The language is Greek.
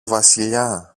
βασιλιά